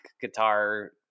guitar